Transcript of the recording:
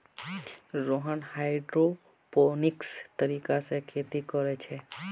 Rohan hydroponics तरीका से खेती कोरे छे